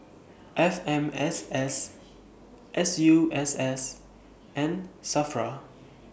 F M S S S U S S and SAFRA